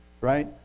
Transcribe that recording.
right